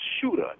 shooter